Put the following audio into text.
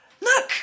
Look